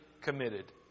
committed